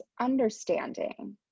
understanding